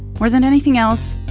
more than anything else,